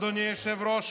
אדוני היושב-ראש,